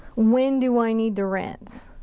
when do i need to rinse?